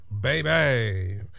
Baby